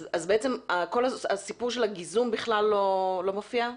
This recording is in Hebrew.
בעצם כל הסיפור של הגיזום בכלל לא מופיע?